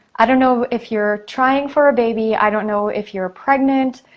i don't know if you're trying for a baby, i don't know if you're pregnant,